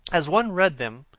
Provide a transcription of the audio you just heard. as one read them,